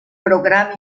programa